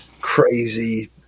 crazy